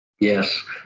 Yes